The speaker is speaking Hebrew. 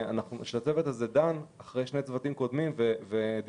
הצוות דן לאחר דיונים של שני צוותים שקדמו לו,